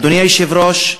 אדוני היושב-ראש,